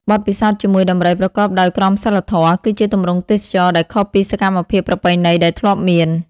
បទពិសោធន៍ជាមួយដំរីប្រកបដោយក្រមសីលធម៌ គឺជាទម្រង់ទេសចរណ៍ដែលខុសពីសកម្មភាពប្រពៃណីដែលធ្លាប់មាន។